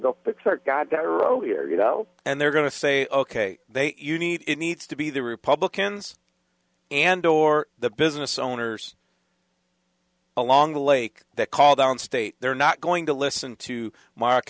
here you know and they're going to say ok they you need it needs to be the republicans and or the business owners along the lake that call down state they're not going to listen to mark